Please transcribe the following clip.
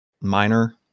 minor